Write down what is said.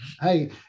Hey